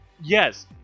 yes